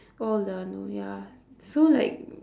all the no ya so like